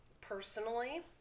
personally